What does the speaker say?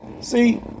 see